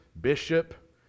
bishop